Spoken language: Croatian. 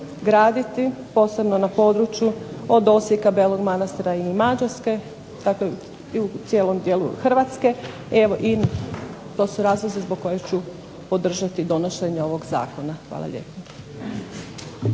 graditi posebno na području od Osijeka, Belog Manastira i Mađarske. Dakle, i u cijelom dijelu Hrvatske. Evo i to su razlozi zbog kojih ću podržati donošenje ovog zakona. **Bebić,